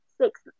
six